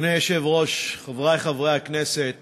אדוני היושב-ראש, חברי חברי הכנסת,